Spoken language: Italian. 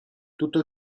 tutto